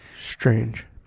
Strange